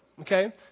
Okay